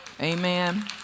amen